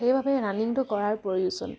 সেইবাবে ৰানিংটো কৰাৰ প্ৰয়োজন